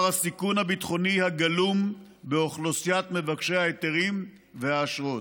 הסיכון הביטחוני הגלום באוכלוסיית מבקשי ההיתרים והאשרות.